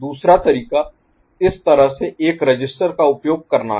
दूसरा तरीका इस तरह से एक रजिस्टर का उपयोग करना है